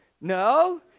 No